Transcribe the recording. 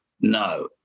no